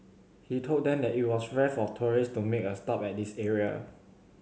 he told them that it was rare for tourists to make a stop at this area